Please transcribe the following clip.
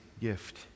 gift